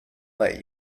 let